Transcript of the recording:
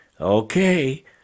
okay